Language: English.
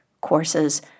courses